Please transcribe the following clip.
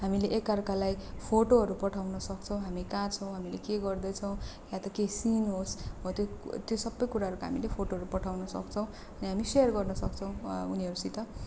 हामीले एकाअर्कालाई फोटोहरू पठाउन सक्छौँ हामी कहाँ छौँ हामीले के गर्दैछौँ या त केही सिन होस् हो त्यो त्यो सबै कुराहरूको हामीले फोटोहरू पठाउन सक्छौँ अनि हामी सेयर गर्न सक्छौँ उनीहरूसित